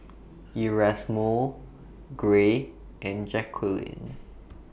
Erasmo Gray and Jacquline